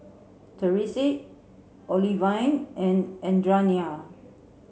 Therese Olivine and Adrianna